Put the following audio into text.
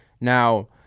now